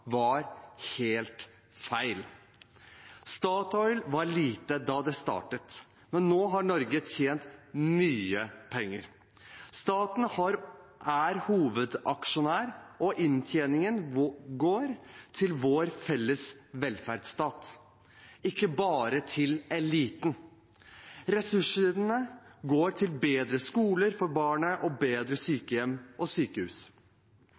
var helt feil. Statoil var lite da det startet, men nå har Norge tjent mye penger. Staten er hovedaksjonær, og inntjeningen går til vår felles velferdsstat, ikke bare til eliten. Ressursene går til bedre skoler for barna og bedre sykehjem og sykehus.